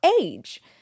age